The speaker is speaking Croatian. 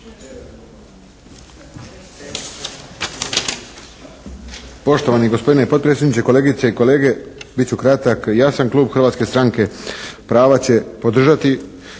Poštovani gospodine potpredsjedniče, kolegice i kolege. Bit ću kratak. Jasno klub Hrvatske stranke prava će podržati